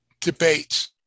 debates